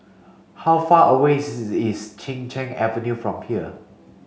how far away is Chin Cheng Avenue from here